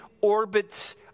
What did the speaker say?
orbits